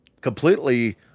completely